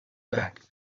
back